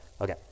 Okay